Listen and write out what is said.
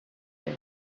pits